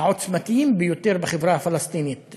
העוצמתיים ביותר בחברה הפלסטינית.